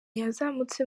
yazamutse